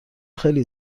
خیلی